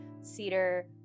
Cedar